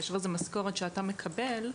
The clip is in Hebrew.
כאשר זאת משכורת שאתה מקבל,